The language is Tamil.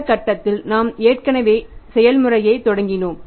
இந்த கட்டத்தில் நாம் ஏற்கனவே செயல்முறையைத் தொடங்கினோம்